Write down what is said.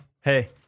hey